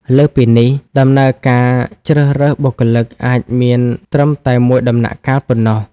លើសពីនេះ ដំណើរការជ្រើសរើសបុគ្គលិកអាចមានត្រឹមតែមួយដំណាក់កាលប៉ុណ្ណោះ។